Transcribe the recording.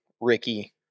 Ricky